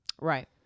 Right